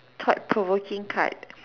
thought provoking card